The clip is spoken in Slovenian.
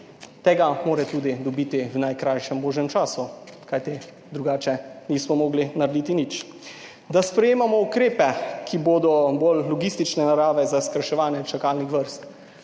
Tega mora tudi dobiti v najkrajšem možnem času, kajti drugače nismo mogli narediti nič. Da sprejemamo ukrepe, ki bodo bolj logistične narave za skrajševanje čakalnih vrst.